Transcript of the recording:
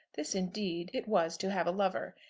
this, indeed, it was to have a lover.